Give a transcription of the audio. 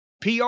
PR